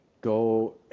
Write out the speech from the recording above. go